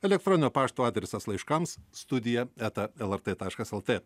elektroninio pašto adresas laiškams studija eta lrt taškas lt